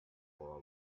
while